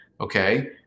okay